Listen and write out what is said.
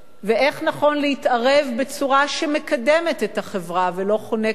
ואיך נכון להתערב בצורה שמקדמת את החברה ולא חונקת אותה.